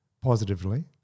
positively